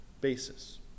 basis